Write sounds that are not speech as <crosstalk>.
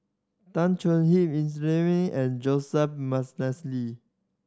Tan Choon Hip in <unintelligible> and Joseph <unintelligible>